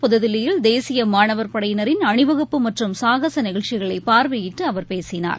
புததில்லியில் தேசியமாணவர் படையினின் இன்று அனிவகுப்பு மற்றம் சாகசநிகழ்ச்சிகளைபார்வையிட்டுஅவர் பேசினார்